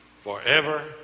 forever